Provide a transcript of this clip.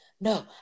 no